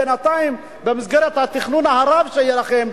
בינתיים במסגרת התכנון הרב שיהיה לכם,